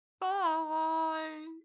Bye